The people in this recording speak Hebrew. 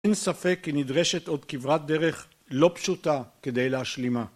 אין ספק כי נדרשת עוד קברת דרך לא פשוטה כדי להשלימה.